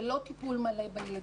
זה לא טיפול מלא בילדים.